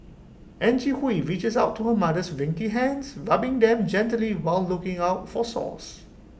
Angie Hui reaches out to her mother's wrinkly hands rubbing them gently while looking out for sores